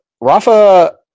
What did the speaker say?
Rafa